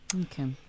okay